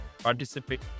participate